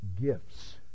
gifts